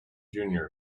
junior